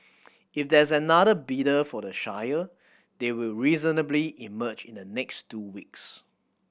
if there is another bidder for the Shire they will reasonably emerge in the next two weeks